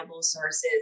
sources